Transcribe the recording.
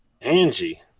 Angie